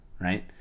right